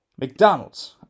McDonald's